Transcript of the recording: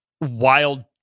wild